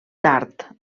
tard